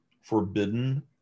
forbidden